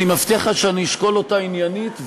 אני מבטיח לך שאני אשקול אותה עניינית,